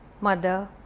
Mother